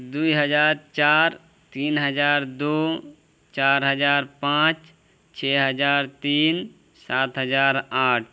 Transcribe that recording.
دو ہزار چار تین ہزار دو چار ہزار پانچ چھ ہزار تین سات ہزار آٹھ